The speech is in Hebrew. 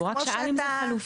הוא רק שאל אם זה חלופי.